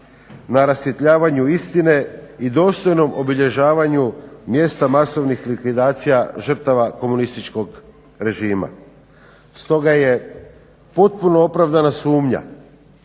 na rasvjetljavanju istine i dostojnom obilježavanju mjesta masovnih likvidacija žrtava komunističkog režima. Stoga je potpuno opravdana sumnja